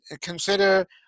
consider